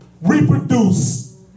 reproduce